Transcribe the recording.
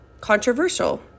controversial